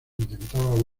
intentaba